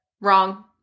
wrong